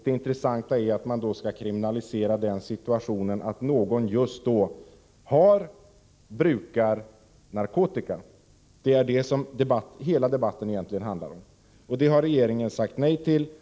Det intressanta är att man då skall kriminalisera den situationen att någon just innehar eller brukar narkotika. Det är detta hela debatten egentligen handlar om. Det har emellertid regeringen sagt nej till.